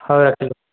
ହଉ ଆଜ୍ଞା